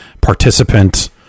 participant